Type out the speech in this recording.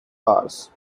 bars